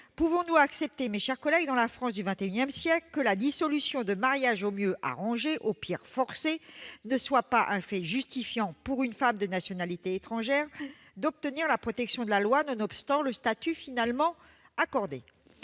pouvons-nous accepter, mes chers collègues, dans la France du XXIsiècle, que la dissolution d'un mariage au mieux arrangé, au pire forcé, ne soit pas un fait justifiant qu'une femme de nationalité étrangère obtienne la protection de la loi, nonobstant le statut finalement accordé ?